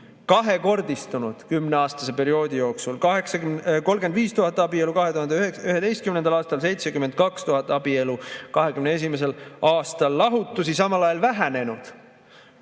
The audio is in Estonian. kahekordistunud kümneaastase perioodi jooksul: 35 000 abielu 2011. aastal, 72 000 abielu 2021. aastal. Lahutused on samal ajal vähenenud: